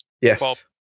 Yes